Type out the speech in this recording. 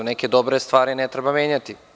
Neke dobre stvari ne treba menjati.